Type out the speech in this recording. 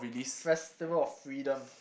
festival of freedom